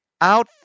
out